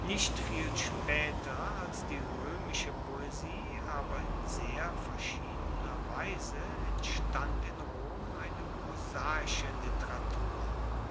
nicht viel spaeter als die roemische poesie aber in sehr verschiedener weise entstand in rom eine prosaische literatur